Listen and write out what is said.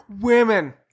women